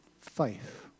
faith